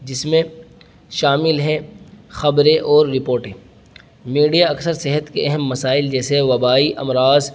جس میں شامل ہیں خبریں اور رپوٹیں میڈیا اکثر صحت کے اہم مسائل جیسے وبائی امراض